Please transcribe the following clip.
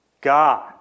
God